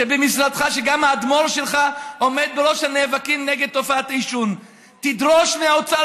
שגם האדמו"ר שלך עומד בראש הנאבקים נגד תופעת העישון: תדרוש מהאוצר